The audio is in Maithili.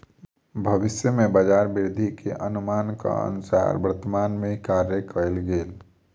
भविष्य में बजार वृद्धि के अनुमानक अनुसार वर्तमान में कार्य कएल गेल